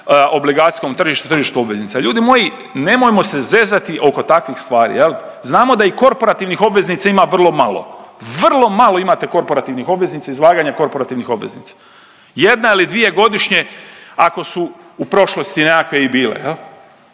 obligacijskom tržištu, tržištu obveznica. Ljudi moji nemojmo se zezati oko takvih stvari. Znamo da i korporativnih obveznica ima vrlo, vrlo malo imate korporativnih obveznika i izlaganja korporativnih obveznica, jedna ili dvije godišnje ako su u prošlosti nekakve i bile.